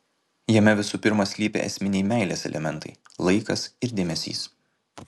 jame visų pirma slypi esminiai meilės elementai laikas ir dėmesys